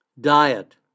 Diet